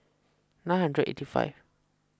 nine hundred eighty five